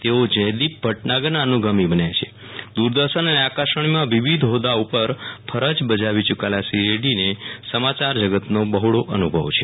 તેઓ જયદીપ ભટનાગર ના અનુગામી બન્યા છે દૂરદર્શન અને આકાશવાણીમાં વિવિધ હોદ્દા ઉપર ફરજ બજાવી ચૂ કેલા શ્રી રેડ્ડી ને સમાચાર જગત નો બહોળો અનુ ભવ છે